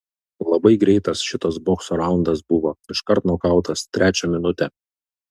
labai greitas šitas bokso raundas buvo iškart nokautas trečią minutę